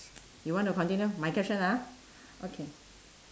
you want to continue my question ah okay